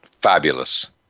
fabulous